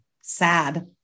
Sad